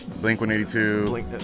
Blink-182